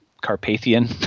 Carpathian